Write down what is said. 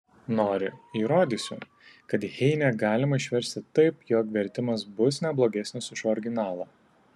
nori įrodysiu kad heinę galima išversti taip jog vertimas bus ne blogesnis už originalą